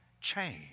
change